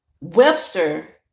Webster